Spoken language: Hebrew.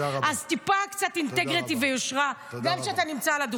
אז טיפה אינטגריטי ויושרה גם כשאתה נמצא על הדוכן.